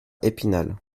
épinal